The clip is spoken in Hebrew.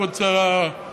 כבוד שר הרווחה,